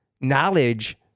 knowledge